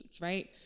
right